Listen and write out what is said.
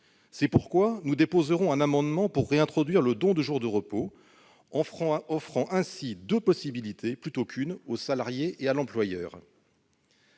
C'est pourquoi nous déposerons un amendement visant à réintroduire le don de jours de repos, offrant ainsi deux possibilités plutôt qu'une au salarié et à l'employeur.